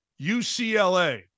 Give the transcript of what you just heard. UCLA